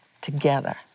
together